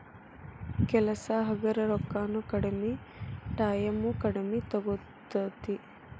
ಕೆಲಸಾ ಹಗರ ರೊಕ್ಕಾನು ಕಡಮಿ ಟಾಯಮು ಕಡಮಿ ತುಗೊತತಿ